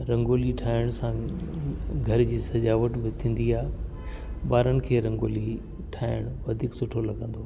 रंगोली ठाहिणु सां घर जी सजावट बि थींदी आहे ॿारनि खे रंगोली ठाहिणु वधीक सुठो लॻंदो आहे